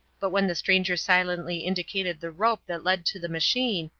but when the stranger silently indicated the rope that led to the machine,